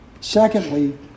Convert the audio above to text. Secondly